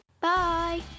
bye